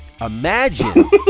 imagine